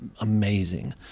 amazing